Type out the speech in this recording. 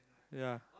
ya